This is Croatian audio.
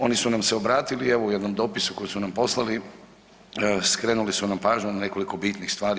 Oni su nam se obratili evo u jednom dopisu koji su nam poslali, skrenuli su nam pažnju na nekoliko bitnih stvari.